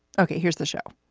okay here's the show.